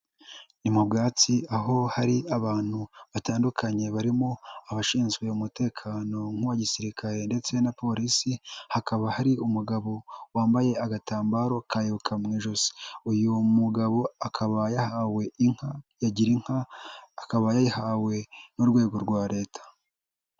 Ni mu bwatsi, aho hari abantu batandukanye barimo abashinzwe umutekano nk'uwa gisirikare ndetse na polisi, hakaba hari umugabo wambaye agatambaro ka ibuka mu ijosi. Uyu mugabo akaba yahawe inka ya Girinka, akaba yayihawe n'urwego rwa leta.